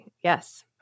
Yes